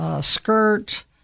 skirt